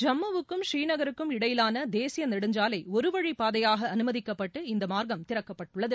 ஜம்முவுக்கும் ஸ்ரீநகருக்கும் இடையிலான தேசிய நெடுஞ்சாலை ஒரு வழி பாதையாக அனுமதிக்கப்பட்டு அந்த மாா்க்கம் திறக்கப்பட்டுள்ளது